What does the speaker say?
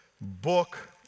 book